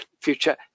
future